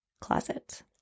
closet